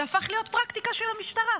וזה הפך להיות פרקטיקה של המשטרה.